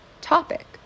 topic